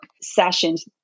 sessions